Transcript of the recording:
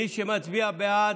מי שמצביע בעד,